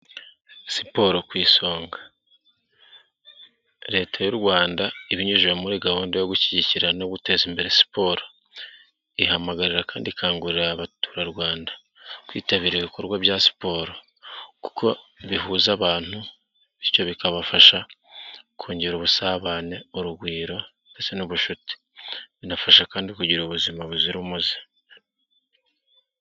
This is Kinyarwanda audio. Siporo ku isonga. Leta y'u Rwanda ibinyujije muri gahunda yo gushyigikira no guteza imbere siporo, ihamagarira kandi ikangurira Abaturarwanda kwitabira ibikorwa bya siporo kuko bihuza abantu bityo bikabafasha kongera ubusabane, urugwiro ndetse n'ubucuti, binafasha kandi kugira ubuzima buzira umuze.